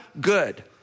good